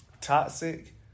Toxic